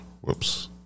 Whoops